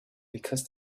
because